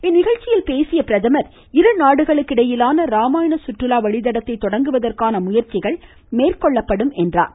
இந்நிகழ்ச்சியில் பேசிய பிரதமர் இருநாடுகளுக்கிடையிலான ராமாயண சுற்றுலா வழித்தடத்தை தொடங்குவதற்கான முயற்சிகள் மேற்கொள்ளப்படும் என்றார்